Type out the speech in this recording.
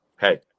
hey